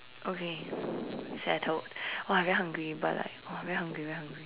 okay settled !wah! very hungry but like !wah! very hungry very hungry